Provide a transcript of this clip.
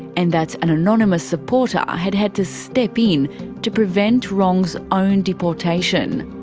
and that an anonymous supporter had had to step in to prevent rong's own deportation.